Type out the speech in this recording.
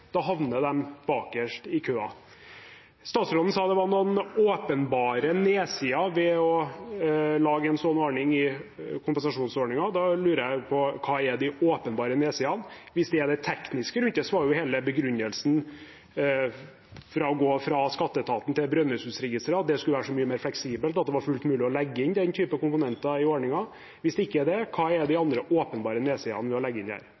da havner de bakerst i køen. Statsråden sa det var noen åpenbare nedsider ved å lage en slik ordning i kompensasjonsordningen. Da lurer jeg på: Hva er de åpenbare nedsidene? Hvis det er det tekniske rundt det, var jo hele begrunnelsen for å gå fra skatteetaten til Brønnøysundregistrene at det skulle være så mye mer fleksibelt, at det var fullt mulig å legge inn den typen komponenter i ordningen. Hvis det ikke er det, hva er de andre åpenbare nedsidene ved å legge inn